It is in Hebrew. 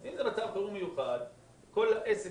אלא שההפגנות